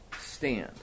stand